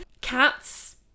cats